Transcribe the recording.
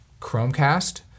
Chromecast